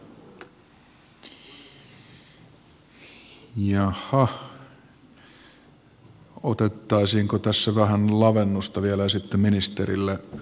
jaha otettaisiinko tässä vähän lavennusta vielä ja sitten ministerille